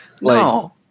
No